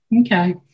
Okay